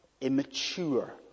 immature